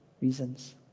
reasons